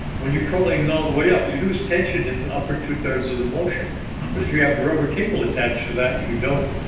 when you're curling and all the way up. you lose tension in the upper two-thirds of the motion but if you have rubber cable attached to that, you don't,